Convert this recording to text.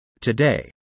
Today